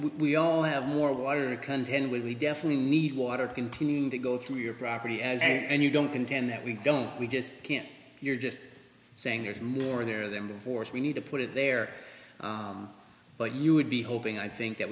we'll have more water to contend with we definitely need water continuing to go through your property and you don't contend that we don't we just can't you're just saying there's more there than the force we need to put it there but you would be hoping i think that